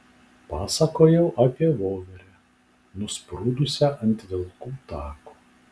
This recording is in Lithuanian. pasakojau apie voverę nusprūdusią ant vilkų tako